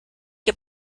que